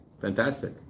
fantastic